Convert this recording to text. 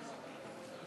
נתקבלו.